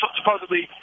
supposedly